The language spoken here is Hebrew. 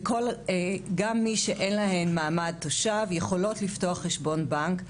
גם מי שאין להן מעמד תושב יכולות לפתוח חשבון בנק.